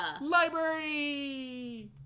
Library